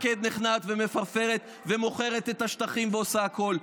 בפנים אילת שקד נכנעת ומפרפרת ומוכרת את השטחים ועושה הכול.